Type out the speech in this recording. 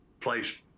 place